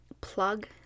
plug